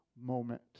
moment